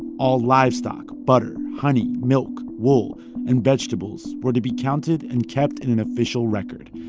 all livestock, butter, honey, milk, wool and vegetables were to be counted and kept in an official record.